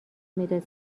مداد